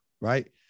right